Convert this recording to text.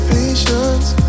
patience